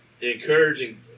encouraging